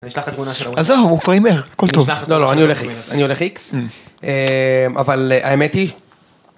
‫אני אשלח לך את התמונה שלו. ‫עזוב, הוא כבר הימר, הכל טוב. ‫לא, לא, אני הולך איקס. ‫אני הולך איקס, אבל האמת היא...